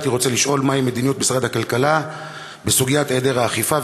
הייתי רוצה לשאול מה היא מדיניות משרד הכלכלה בסוגיית היעדר האכיפה,